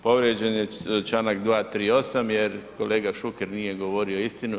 Povrijeđen je članak 238. jer kolega Šuker nije govorio istinu.